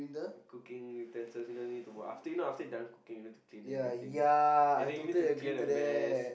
cooking utensils you know you need to after you you know after you done cooking you need to clean everything and then you need to clear the mess